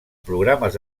programes